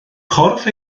corff